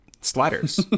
sliders